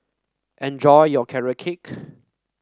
enjoy your Carrot Cake